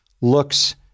looks